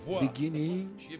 beginning